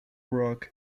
rock